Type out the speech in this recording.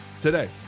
today